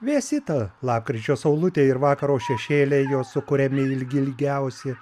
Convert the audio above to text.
vėsi ta lapkričio saulutė ir vakaro šešėliai jo sukuriami ilgi ilgiausi